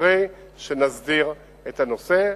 אחרי שנסדיר את הנושא.